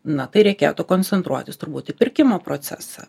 na tai reikėtų koncentruotis turbūt į pirkimo procesą